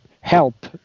help